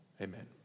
Amen